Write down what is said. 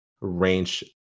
range